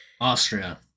Austria